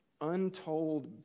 untold